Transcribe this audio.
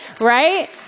right